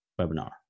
webinar